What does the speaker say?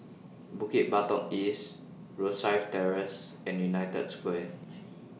Bukit Batok East Rosyth Terrace and United Square